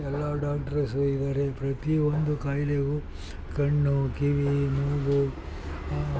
ಎಲ್ಲ ಡಾಕ್ಟ್ರಸ್ಸು ಇದ್ದಾರೆ ಪ್ರತಿ ಒಂದು ಕಾಯಿಲೆಯು ಕಣ್ಣು ಕಿವಿ ಮೂಗು